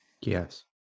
Yes